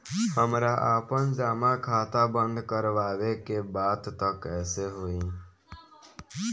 हमरा आपन जमा खाता बंद करवावे के बा त कैसे होई?